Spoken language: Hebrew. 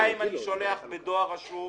שתיים אני שולח בדואר רשום.